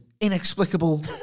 inexplicable